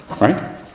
Right